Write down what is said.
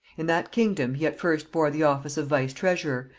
in that kingdom he at first bore the office of vice-treasurer,